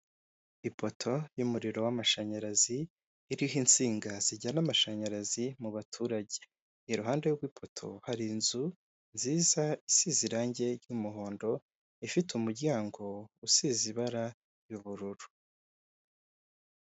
Ipoto y'umuriro w'amashanyarazi iriho insinga zijyana amashanyarazi mu baturage, iruhande rw'ipoto hari inzu nziza isize irange ry'umuhondo ifite umuryango usize ibara ry'ubururu.